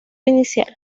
inicial